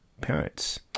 parents